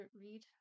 read